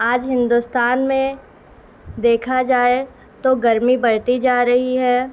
آج ہندوستان میں دیکھا جائے تو گرمی بڑھتی جا رہی ہے